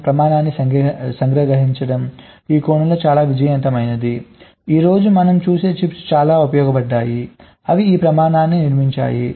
1 ప్రమాణాన్ని సంగ్రహించడం ఈ కోణంలో చాలా విజయవంతమైంది ఈ రోజు మనం చూసే చిప్స్ చాలా ఉపయోగించబడ్డాయి అవి ఈ ప్రమాణాన్ని నిర్మించాయి